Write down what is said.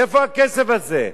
איפה הכסף הזה?